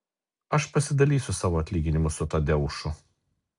aš pasidalysiu savo atlyginimu su tadeušu